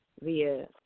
via